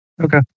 Okay